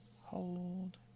hold